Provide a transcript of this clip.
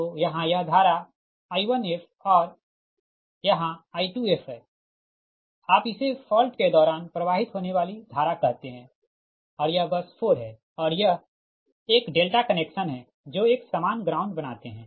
तो यहाँ यह धारा I1fहै और यहाँ I2f है आप इसे फॉल्ट के दौरान प्रवाहित होने वाली धारा कहते और यह बस 4 है और यह एक डेल्टा कनेक्शन है जो एक सामान ग्राउंड बनाते है